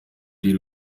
die